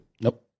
Nope